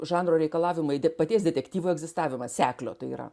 žanro reikalavimai dė paties detektyvo egzistavimas seklio tai yra